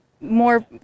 more